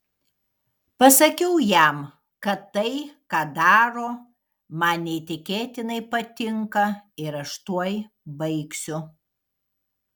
pasakiau jam kad tai ką daro man neįtikėtinai patinka ir aš tuoj baigsiu